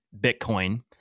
Bitcoin